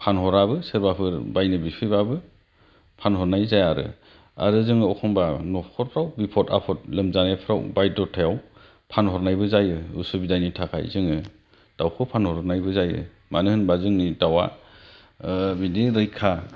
फानहराबो सोरबाफोर बायनो बिफैबाबो फानहरनाय जाया आरो आरो जोङो एखनबा न'खरफ्राव बिफद आफद लोमजानायफ्राव बायध'थायाव फानहरनायबो जायो असुबिदानि थाखाय जोङो दाउखौ फानहरनायबो जायो मानो होनबा जोंनि दाउआ बिदि रैखा